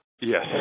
Yes